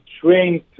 trained